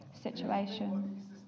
situation